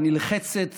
הנלחצת